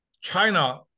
China